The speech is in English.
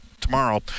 tomorrow